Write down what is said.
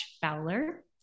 Fowler